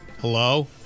Hello